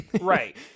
Right